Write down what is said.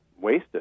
wasted